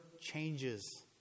changes